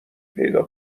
پیدا